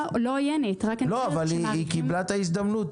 לא עוינת --- לא, אבל היא קיבלה את ההזדמנות.